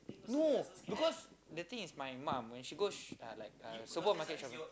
no because the thing is my mum when she goes uh like uh supermarket shopping